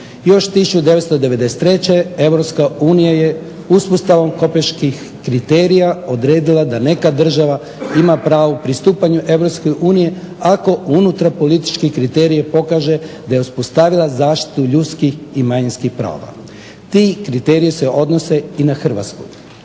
Još 1993. EU je uspostavom kopenhaških kriterija odredila da neka država ima pravo pristupanju EU ako unutar političke kriterije pokaže da je uspostavila zaštitu ljudskih i manjinskih prava. Ti kriteriji se odnose i na Hrvatsku.